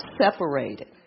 separated